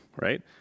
right